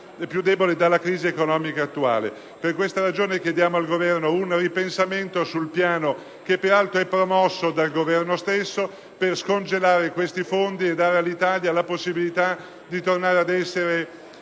e più debole dalla crisi economica attuale. Per queste ragioni chiediamo al Governo un ripensamento su tale piano, peraltro promosso dal Governo stesso, per scongelare questi fondi e dare all'Italia la possibilità di tornare ad essere